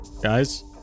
Guys